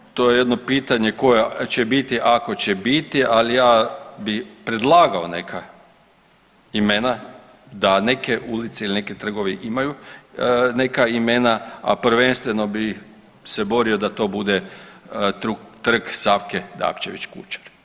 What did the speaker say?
Pa evo, to je jedno pitanje koje će biti ako će biti, ali ja bi predlagao neka imena da neke ulice ili neki trgovi imaju neka imena a prvenstveno bi se borio da to bude Trg Savke Dabčević Kučar.